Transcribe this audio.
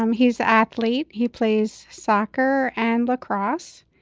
um he's athlete. he plays soccer and lacrosse.